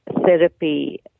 therapy